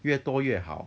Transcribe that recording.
越多越好